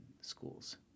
schools